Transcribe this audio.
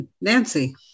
Nancy